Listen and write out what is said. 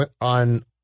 on